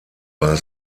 war